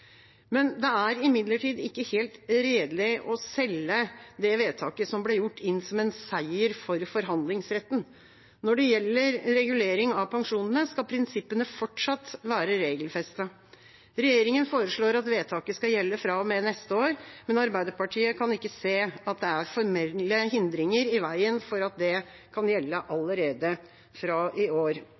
Det er imidlertid ikke helt redelig å selge det vedtaket som ble gjort, inn som en seier for forhandlingsretten. Når det gjelder regulering av pensjonene, skal prinsippene fortsatt være regelfestet. Regjeringa foreslår at vedtaket skal gjelde fra og med neste år, men Arbeiderpartiet kan ikke se at det er formelle hindringer i veien for at det kan gjelde allerede fra i år.